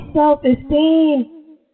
self-esteem